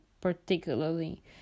particularly